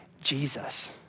Jesus